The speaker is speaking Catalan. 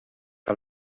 que